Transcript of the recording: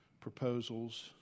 proposals